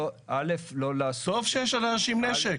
טוב שיש לאנשים נשק.